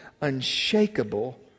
unshakable